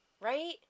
right